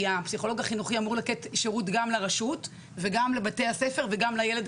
כי הפסיכולוג החינוכי אמור לתת שירות גם לרשות וגם לבתי הספר וגם לילד.